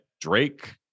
drake